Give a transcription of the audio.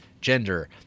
gender